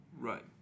Right